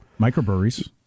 microbreweries